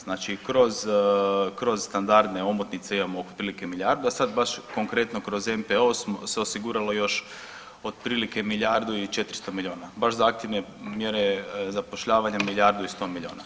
Znači kroz, kroz standardne omotnice imamo oko prilike milijardu, a sad baš konkretno kroz NPOO se osiguralo još otprilike milijardu i 400 milijuna, baš za aktivne mjere zapošljavanja milijardu i 100 milijuna.